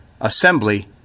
assembly